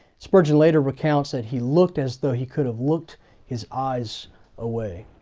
spurgeon later recounts that he looked as though he could have looked his eyes away.